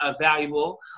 valuable